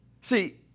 See